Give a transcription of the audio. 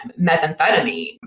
methamphetamine